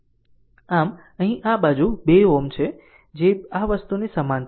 આમ અહીં આ બાજુ તે 2 Ω છે જે આ વસ્તુની સમાંતર છે